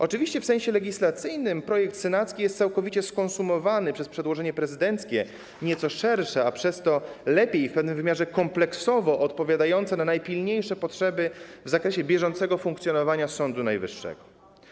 Oczywiście w sensie legislacyjnym projekt senacki jest całkowicie skonsumowany przez przedłożenie prezydenckie, nieco szersze, a przez to lepiej, w pewnym wymiarze kompleksowo odpowiadające na najpilniejsze potrzeby w zakresie bieżącego funkcjonowania Sądu Najwyższego.